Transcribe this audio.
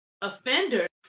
offenders